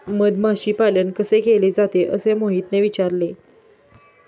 मधमाशी पालन कसे केले जाते? असे मोहितने विचारले